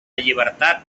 llibertat